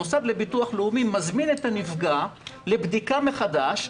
המוסד לביטוח לאומי מזמין את הנפגע לבדיקה מחדש,